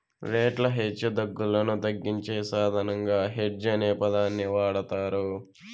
రేట్ల హెచ్చుతగ్గులను తగ్గించే సాధనంగా హెడ్జ్ అనే పదాన్ని వాడతారు